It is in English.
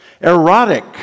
Erotic